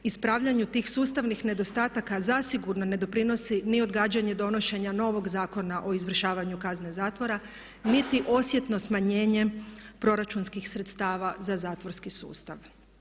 Ispravljanju tih sustavnih nedostataka zasigurno ne doprinosi ni odgađanje donošenja novog Zakona o izvršavanju kazne zatvora, niti osjetno smanjenje proračunskih sredstava za zatvorski sustav.